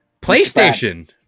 PlayStation